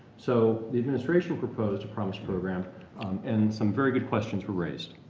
so the administration proposed a promise program and some very good questions were raised,